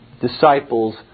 disciples